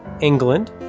England